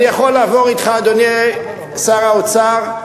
אדוני שר האוצר,